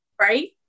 right